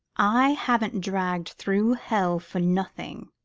i haven't dragged through hell for nothing.